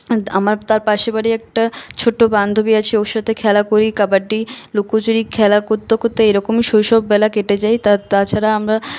আমার তার পাশের বাড়ির একটা ছোট বান্ধবী আছে ওর সাথে খেলা করি কবাড্ডি লুকোচুরি খেলা করতে করতে এইরকম শৈশববেলা কেটে যায় তা তাছাড়া আমরা